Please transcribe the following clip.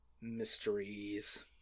Mysteries